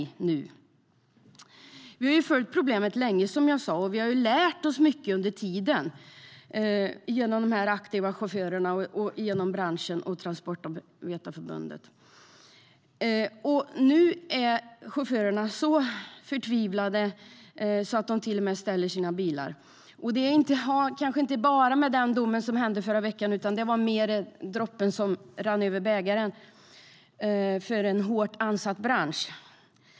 Som jag sade har vi följt problemet länge, och under tiden har vi lärt oss mycket genom de aktiva chaufförerna i branschen och genom Transportarbetareförbundet. Nu är chaufförerna så förtvivlade att de till och med ställer sina bilar. Det har kanske inte bara att göra med den dom som kom förra veckan, men det var nog droppen som fick bägaren att rinna över i en hårt ansatt bransch.